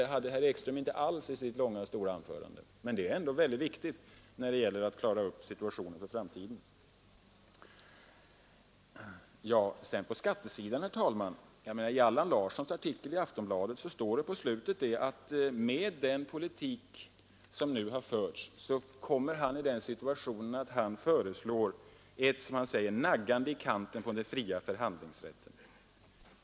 Det hade herr Ekström inte alls något att säga om i sitt långa anförande, men detta är ändå synnerligen viktigt när det gäller att klara upp situationen för framtiden. Sedan till skattesidan, herr talman! I Allan Larssons artikel i Aftonbladet står det på slutet att med den politik som har förts kommer han i den situationen att han föreslår ett, som han säger, naggande i kanten på den fria förhandlingsrätten.